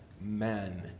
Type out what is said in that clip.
men